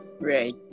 Right